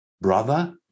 brother